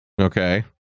okay